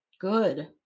Good